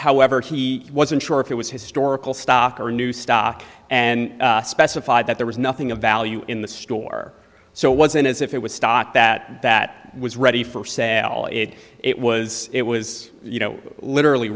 however he wasn't sure if it was historical stock or new stock and specified that there was nothing of value in the store so it wasn't as if it was stock that that was ready for sale it was it was you know literally